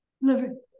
living